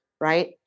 right